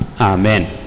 Amen